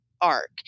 arc